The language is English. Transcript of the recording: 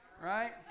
Right